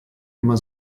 immer